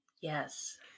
Yes